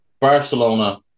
Barcelona